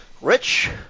rich